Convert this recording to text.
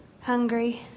hungry